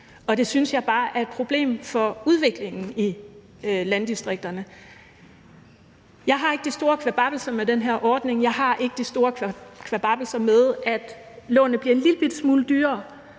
det synes jeg bare er et problem for udviklingen i landdistrikterne. Jeg har ikke de store kvababbelser med den her ordning. Jeg har ikke de store kvababbelser med, at lånene bliver en lillebitte smule dyrere,